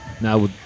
Now